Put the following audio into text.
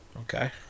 Okay